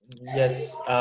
yes